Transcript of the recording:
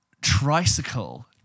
Tricycle